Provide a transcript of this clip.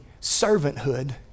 servanthood